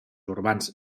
urbans